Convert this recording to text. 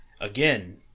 Again